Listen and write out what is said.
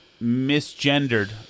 misgendered